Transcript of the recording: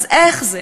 אז איך זה,